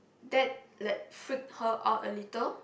that like freaked her out a little